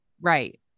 Right